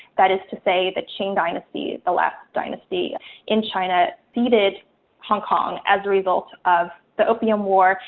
that is to say the ching dynasty, the last dynasty in china, seeded hong kong as a result of the opium war,